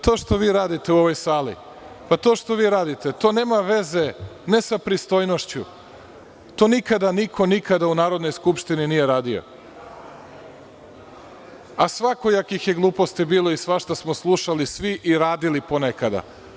To što vi radite u ovoj sali, to nema veze ne sa pristojnošću, to nikada niko u Narodnoj skupštini nije radio, a svakojakih je gluposti bilo i svašta smo slušali svi i radili ponekada.